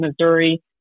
Missouri